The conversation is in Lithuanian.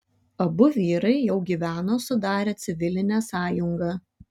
abu vyrai jau gyveno sudarę civilinę sąjungą